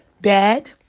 bad